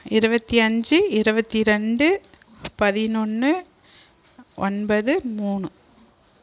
இருபத்தி அஞ்சு இருபத்தி ரெண்டு பதினொன்று ஒன்பது மூனு